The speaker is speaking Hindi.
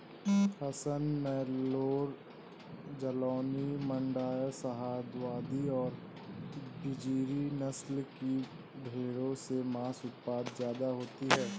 हसन, नैल्लोर, जालौनी, माण्ड्या, शाहवादी और बजीरी नस्ल की भेंड़ों से माँस उत्पादन ज्यादा होता है